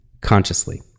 consciously